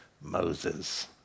Moses